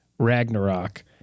Ragnarok